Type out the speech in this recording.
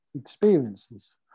experiences